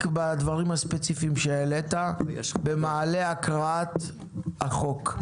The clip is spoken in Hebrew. בדברים הספציפיים שהעלית במעלה הקראת החוק.